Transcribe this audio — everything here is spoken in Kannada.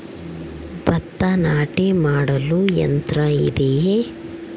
ಭತ್ತ ನಾಟಿ ಮಾಡಲು ಯಂತ್ರ ಇದೆಯೇ?